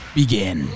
begin